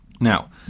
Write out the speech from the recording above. Now